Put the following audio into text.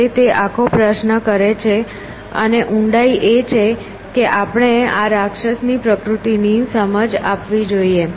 જે તે આખો પ્રશ્ન કરે છે અને ઊંડાઈ એ છે કે આપણે આ રાક્ષસની પ્રકૃતિની સમજ આપવી જોઈએ